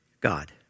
God